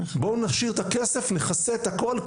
בואו נשאיר את הכסף נכסה את הכל,